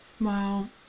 Wow